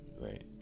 right